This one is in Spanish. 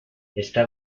está